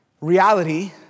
Reality